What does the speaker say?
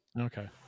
Okay